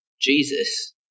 Jesus